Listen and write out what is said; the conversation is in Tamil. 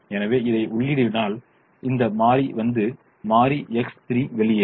எனவே இதை உள்ளிடினால் இந்த மாறி வந்து மாறி X3 வெளியேறும்